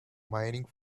mining